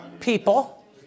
people